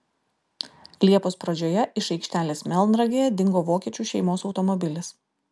liepos pradžioje iš aikštelės melnragėje dingo vokiečių šeimos automobilis